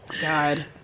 god